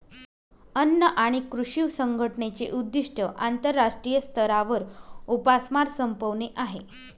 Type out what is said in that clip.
अन्न आणि कृषी संघटनेचे उद्दिष्ट आंतरराष्ट्रीय स्तरावर उपासमार संपवणे आहे